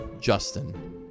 Justin